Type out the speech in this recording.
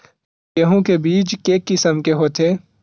गेहूं के बीज के किसम के होथे?